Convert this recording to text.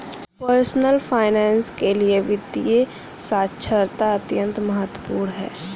personal finance के लिए वित्तीय साक्षरता अत्यंत महत्वपूर्ण है